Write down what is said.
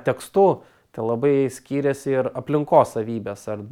tekstu tai labai skiriasi ir aplinkos savybės ar